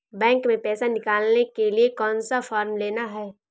Bank में पैसा निकालने के लिए कौन सा फॉर्म लेना है?